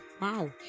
wow